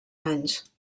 anys